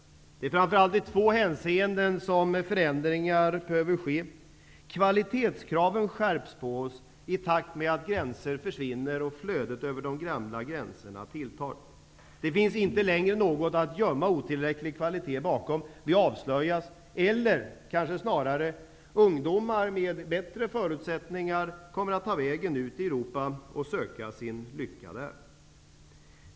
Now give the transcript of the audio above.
Det är framför allt i två hänseenden som förändringar behöver ske. De kvalitativa kraven på oss skärps i takt med att gränserna försvinner och flödet över de gamla gränserna tilltar. Det finns inte längre något att gömma otillräcklig kvalitet bakom. Vi avslöjas. Eller kanske är det snarare så att ungdomar med bättre förutsättningar kommer att ta vägen ut i Europa och där söka sin lycka.